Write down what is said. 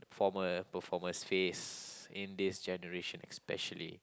performer performers face in this generation especially